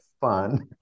fun